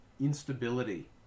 instability